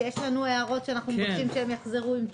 כי יש לנו הערות ואנחנו מבקשים שהם יחזרו עם תשובות.